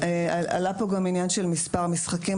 עלה פה גם עניין של מספר משחקים.